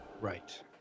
Right